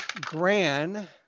Gran